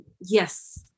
yes